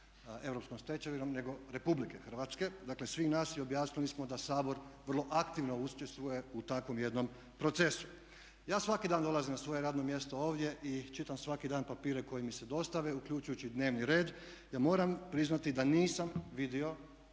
europskom stečevinom nego Republike Hrvatske, dakle svih nas, i objasnili smo da Sabor vrlo aktivno učestvuje u takvom jednom procesu. Ja svaki dan dolazim na svoje radno mjesto ovdje i čitam svaki dan papire koji mi se dostave, uključujući i dnevni red. Ja moram priznati da nisam vidio